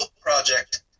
project